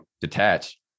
detach